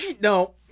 No